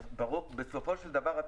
בסופו של דבר,